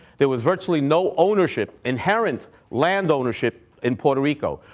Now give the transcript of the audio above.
there was virtually no ownership, inherent land ownership, in puerto rico.